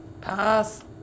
Pass